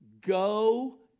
go